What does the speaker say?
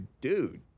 dude